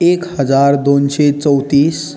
एक हजार दोनशे चौतीस